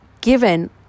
given